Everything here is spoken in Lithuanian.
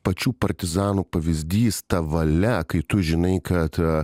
pačių partizanų pavyzdys ta valia kai tu žinai kad